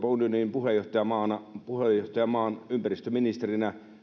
puheenjohtajamaan ympäristöministerinä